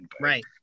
Right